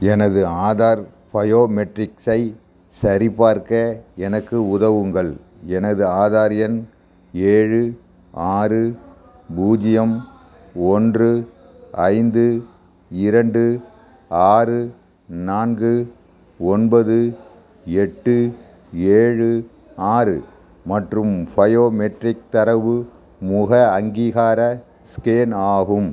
எனது ஆதார் பயோமெட்ரிக்ஸை சரிபார்க்க எனக்கு உதவுங்கள் எனது ஆதார் எண் ஏழு ஆறு பூஜ்ஜியம் ஒன்று ஐந்து இரண்டு ஆறு நான்கு ஒன்பது எட்டு ஏழு ஆறு மற்றும் பயோமெட்ரிக் தரவு முக அங்கீகார ஸ்கேன் ஆகும்